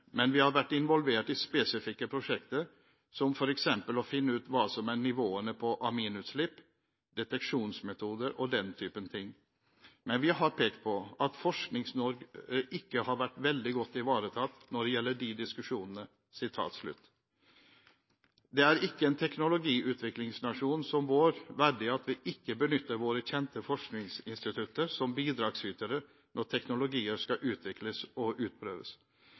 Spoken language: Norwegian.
men vi har vært involvert i spesifikke prosjekter, f.eks. for å finne ut hva som er nivåene på aminutslipp, deteksjonsmetoder og den typen ting. Men vi har pekt på at Forsknings-Norge ikke har vært veldig godt ivaretatt når det gjelder de diskusjonene.» Det er ikke en teknologiutviklingsnasjon som vår verdig at vi ikke benytter våre kjente forskningsinstitutter som bidragsytere når teknologier skal utvikles og utprøves,